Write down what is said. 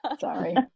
sorry